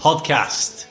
Podcast